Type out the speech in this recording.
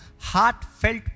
heartfelt